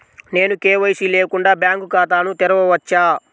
నేను కే.వై.సి లేకుండా బ్యాంక్ ఖాతాను తెరవవచ్చా?